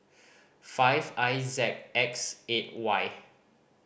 five I Z X eight Y